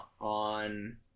on